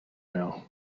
now